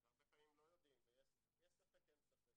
יודעים ויש ספק, אין ספק.